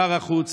שר החוץ,